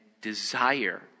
desire